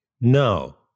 No